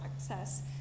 access